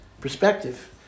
perspective